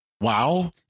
Wow